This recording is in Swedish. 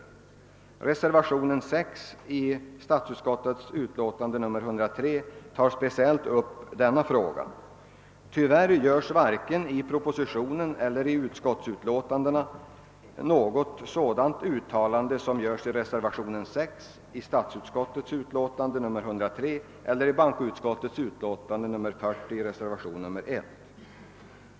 I reservationen 6 vid statsutskottets utlåtande nr 103 tas denna fråga upp till speciell behandling. Tyvärr görs varken i propositionen eller i utlåtandena något sådant uttalande som görs i denna reservation eller i reservationen 1 vid bankoutskottets utlåtande nr 40.